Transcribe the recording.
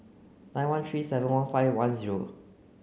nine one three seven one five one zero